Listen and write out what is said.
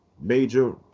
major